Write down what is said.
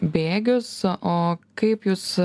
bėgius o kaip jūs